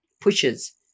pushes